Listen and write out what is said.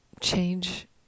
change